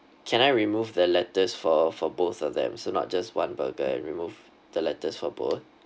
can I remove the lettuce for for both of them so not just one burger and remove the lettuce for both